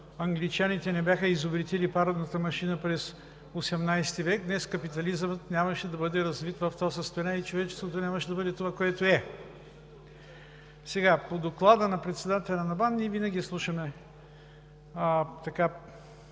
англичаните не бяха изобретили парната машина през XIII век, днес капитализмът нямаше да бъде развит в това състояние и човечеството нямаше да бъде това, което е. По Доклада на председателя на БАН. В тези доклади се